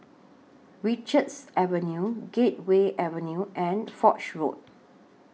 Richards Avenue Gateway Avenue and Foch Road